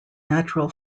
natural